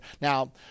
Now